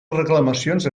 reclamacions